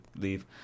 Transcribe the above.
leave